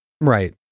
right